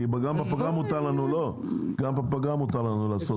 גם בפגרה מותר לנו לקיים דיונים.